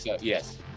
Yes